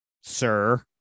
sir